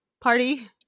party